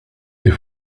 est